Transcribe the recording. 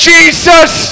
Jesus